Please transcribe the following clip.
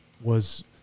was-